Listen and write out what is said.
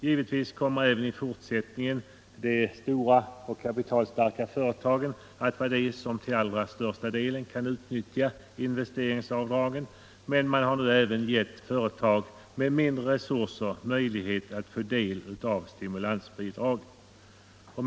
Givetvis kommer även i fortsättningen de stora och kapitalstarka företagen att vara de som till allra största delen kan utnyttja investeringsavdragen, men nu har även företag med mindre resurser fått möjlighet att få del av stimulansbidraget.